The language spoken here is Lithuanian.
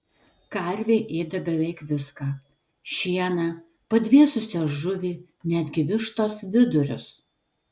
karvė ėda beveik viską šieną padvėsusią žuvį netgi vištos vidurius